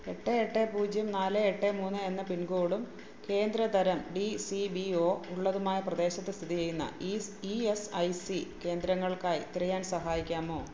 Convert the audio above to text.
എട്ട് എട്ട് പൂജ്യം നാല് എട്ട് മൂന്ന് എന്ന പിൻ കോഡും കേന്ദ്ര തരം ഡി സി ബി ഒ ഉള്ളതുമായ പ്രദേശത്ത് സ്ഥിതിചെയ്യുന്ന ഈസ് ഇ എസ് ഐ സി കേന്ദ്രങ്ങൾക്കായി തിരയാൻ സഹായിക്കാമോ